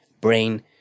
brain